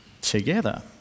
together